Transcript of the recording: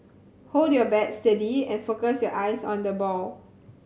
hold your bat steady and focus your eyes on the ball